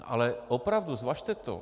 Ale opravdu, zvažte to.